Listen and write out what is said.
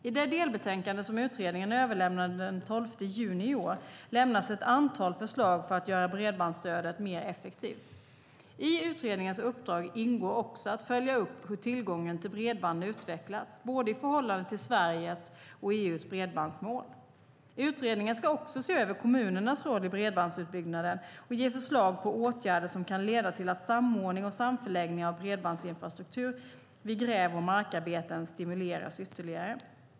I det delbetänkande som utredningen överlämnade den 12 juni i år lämnas ett antal förslag för att göra bredbandsstödet mer effektivt. I utredningens uppdrag ingår också att följa upp hur tillgången till bredband utvecklats, både i förhållande till Sveriges och till EU:s bredbandsmål. Utredningen ska också se över kommunernas roll i bredbandsutbyggnaden och ge förslag på åtgärder som kan leda till att samordning och samförläggning av bredbandsinfrastruktur vid gräv och markarbeten stimuleras ytterligare.